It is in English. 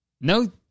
No